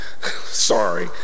sorry